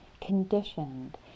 conditioned